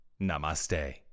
Namaste